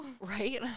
right